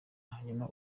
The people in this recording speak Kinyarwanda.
hanyuma